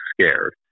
scared